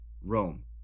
Rome